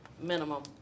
minimum